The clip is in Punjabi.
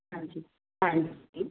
ਹਾਂਜੀ ਹਾਂਜੀ